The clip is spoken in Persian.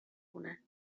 خونه